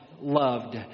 loved